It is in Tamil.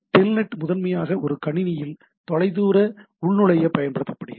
டெல்நெட் முதன்மையாக ஒரு கணினியில் தொலைதூர உள்நுழைய பயன்படுத்தப்படுகிறது